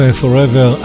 forever